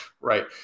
right